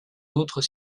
d’autres